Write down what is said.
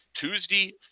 Tuesday